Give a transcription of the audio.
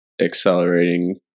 accelerating